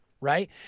right